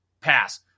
pass